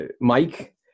Mike